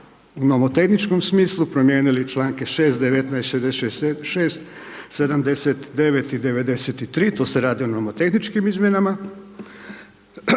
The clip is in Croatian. u nomotehničkom smislu promijenili članke 6., 19., 66., 79. i 93. tu se radi o nomotehničkim izmjenama.